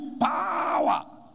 power